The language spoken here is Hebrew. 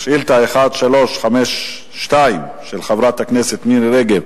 שאילתא 1352 של חברת הכנסת מירי רגב,